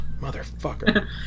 Motherfucker